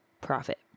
profit